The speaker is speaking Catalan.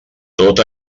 tot